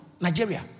Nigeria